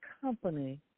company